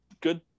good